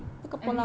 every year